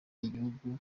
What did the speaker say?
igihugu